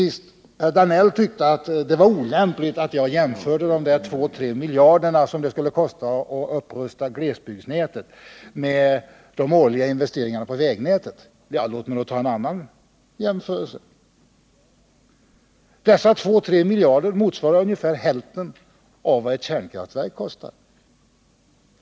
Herr Danell tyckte att det var olämpligt att jag jämförde de 2-3 miljarder som det skulle kosta att upprusta glesbygdsnätet med de årliga investeringarna på vägnätet. Låt mig då ta en annan jämförelse. Dessa 2-3 miljarder motsvarar ungefär hälften av vad ett kärnkraftverk kostar.